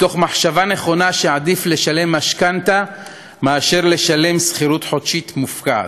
מתוך מחשבה נכונה שעדיף לשלם משכנתה מאשר לשלם שכירות חודשית מופקעת,